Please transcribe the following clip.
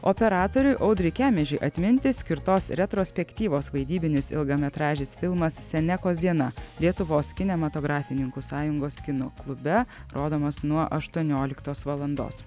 operatoriui audriui kemežiui atminti skirtos retrospektyvos vaidybinis ilgametražis filmas senekos diena lietuvos kinematografininkų sąjungos kino klube rodomas nuo aštuonioliktos valalandos